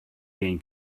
gain